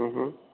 हुँ हुँ